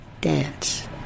dance